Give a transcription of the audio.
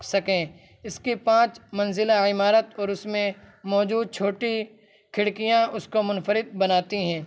سکیں اس کی پانچ منزلہ عمارت اور اس میں موجود چھوٹی کھڑکیاں اس کو منفرد بناتی ہیں